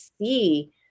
see